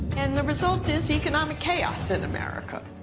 and the result is economic chaos in america.